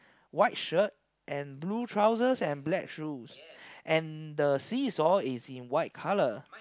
white shirt and blue trousers and black shoes and the seesaw is in white colour